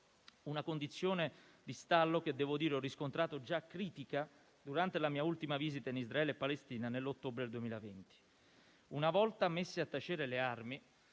una condizione di stallo che - devo dire - ho riscontrato già critica durante la mia ultima visita in Israele e Palestina nell'ottobre 2020. Una volta messe a tacere le armi,